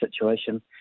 situation